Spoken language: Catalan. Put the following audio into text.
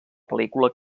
pel·lícula